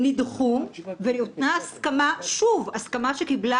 נדחו וניתנה הסכמה שוב הסכמה שקיבלה